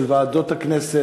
של ועדות הכנסת,